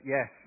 Yes